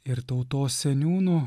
ir tautos seniūnų